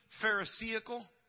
Pharisaical